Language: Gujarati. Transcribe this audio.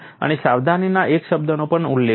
અને સાવધાનીના એક શબ્દનો પણ ઉલ્લેખ છે